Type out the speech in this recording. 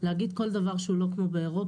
להגיד כל דבר שהוא לא כמו באירופה,